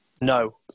no